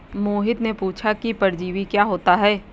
मोहित ने पूछा कि परजीवी क्या होता है?